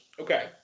okay